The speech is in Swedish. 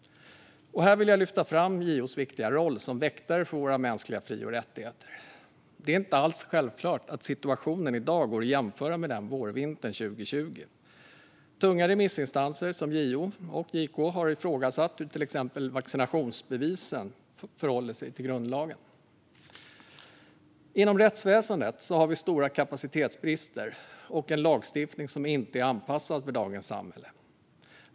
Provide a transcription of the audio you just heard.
Här vill jag lyfta fram JO:s viktiga roll som väktare för våra mänskliga fri och rättigheter. Det är inte alls självklart att situationen i dag går att jämföra med den under vårvintern 2020. Tunga remissinstanser som JO och JK har ifrågasatt hur till exempel vaccinationsbevisen förhåller sig till grundlagen. Inom rättsväsendet har vi stora kapacitetsbrister och en lagstiftning som inte är anpassad till dagens samhälle.